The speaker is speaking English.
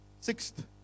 Sixth